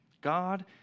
God